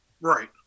Right